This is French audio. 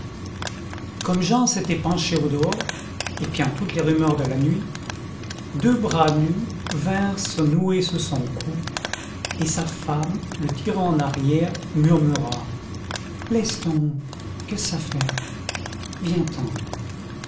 comme jean s'était penché au dehors épiant toutes les rumeurs de la nuit deux bras nus vinrent se nouer sous son cou et sa femme le tirant en arrière murmura laisse donc qu'est-ce que ça fait viens ten